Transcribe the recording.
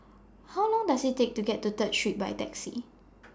How Long Does IT Take to get to Third Street By Taxi